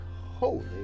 holy